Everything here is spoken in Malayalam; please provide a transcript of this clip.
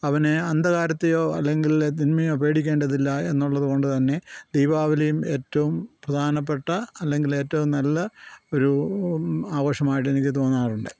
അവന് അന്ധകാരത്തെയോ അല്ലെങ്കിൽ തിന്മയോ പേടിക്കേണ്ടതില്ല എന്നുള്ളത് കൊണ്ട് തന്നെ ദീപാവലിയും ഏറ്റവും പ്രധാനപ്പെട്ട അല്ലെങ്കിൽ ഏറ്റവും നല്ല ഒരു ആഘോഷമായിട്ട് എനിക്ക് തോന്നാറുണ്ട്